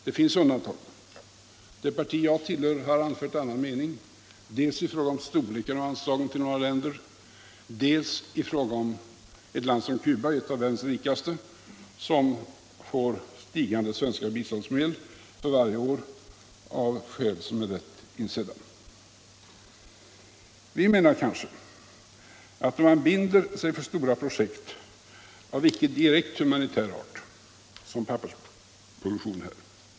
Det finns ju undantag. Det parti jag tillhör har anfört en annan mening dels i fråga om storleken av anslagen till några länder, dels i fråga om att ett land som Cuba — ett av världens rikaste länder — får stigande svenska bidragsmedel för varje år, av skäl som är lätt insedda. Vi menar att man binder sig för stora projekt av inte direkt humanitär art, såsom pappersproduktionen.